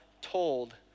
told